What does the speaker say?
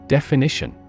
Definition